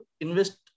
invest